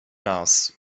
raz